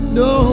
no